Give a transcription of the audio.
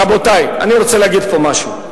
רבותי, אני רוצה להגיד פה משהו.